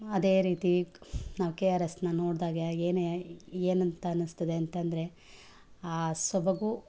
ಅದೇ ರೀತಿ ನಾವು ಕೆ ಆರ್ ಎಸ್ನ ನೋಡಿದಾಗೆ ಏನೇ ಏನಂತ ಅನ್ನಿಸ್ತದೆ ಅಂತ ಅಂದ್ರೆ ಆ ಸೊಬಗು